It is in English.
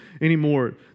anymore